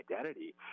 identity